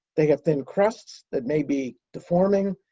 they have thin crusts that may be deforming,